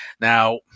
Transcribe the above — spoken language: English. Now